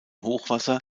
hochwasser